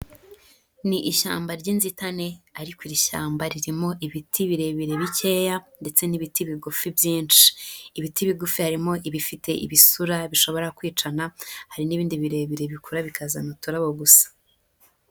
Ni ishyamba ry'inzitane ariko iri shyamba ririmo ibiti birebire bikeya ndetse n'ibiti bigufi byinshi. Ibiti bigufi harimo ibifite ibisura bishobora kwicana, hari n'ibindi birebire bikura bikazana uturabo gusa.